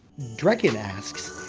drekken asks,